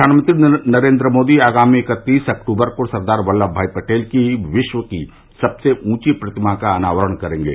प्रधानमंत्री नरेन्द्र मोदी आगामी इकतीस अंक्टूबर को सरदार वल्लम भाई पटेल की विश्व की सबसे ऊँची प्रतिमा का अनावरण करेंगे